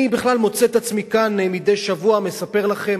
אני בכלל מוצא את עצמי כאן מדי שבוע מספר לכם